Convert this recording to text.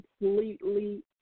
completely